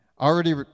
Already